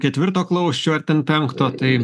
ketvirto klausčiau ar ten penkto tai